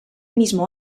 mismo